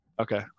Okay